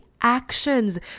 actions